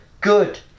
good